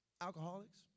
alcoholics